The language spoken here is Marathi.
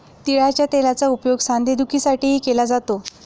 तिळाच्या तेलाचा उपयोग सांधेदुखीसाठीही केला जातो